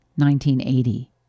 1980